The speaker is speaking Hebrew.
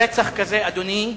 ברצח כזה, אדוני,